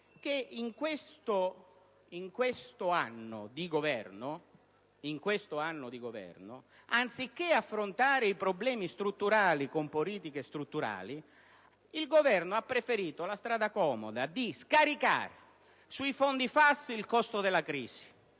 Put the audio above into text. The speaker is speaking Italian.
- in questo anno di Governo, anziché affrontare i problemi strutturali con politiche strutturali, l'Esecutivo ha preferito la strada comoda di scaricare sui fondi FAS, cioè sui